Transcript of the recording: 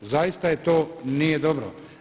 Zaista je to, nije dobro.